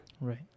right